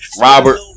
Robert